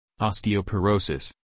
osteoporosis